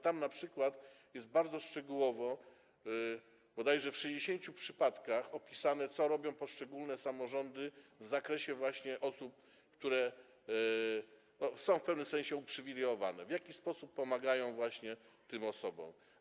Tam np. jest bardzo szczegółowo bodajże w 60 przypadkach opisane, co robią poszczególne samorządy w odniesieniu do osób, które są w pewnym sensie uprzywilejowane, w jaki sposób pomagają właśnie tym osobom.